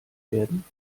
werden